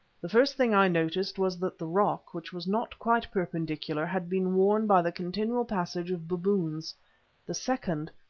the first thing i noticed was that the rock, which was not quite perpendicular, had been worn by the continual passage of baboons the second,